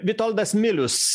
vitoldas milius